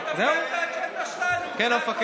אתה אומר: אני מבין את ווליד,